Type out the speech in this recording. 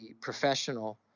professional